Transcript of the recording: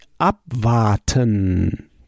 abwarten